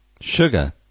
Sugar